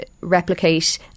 replicate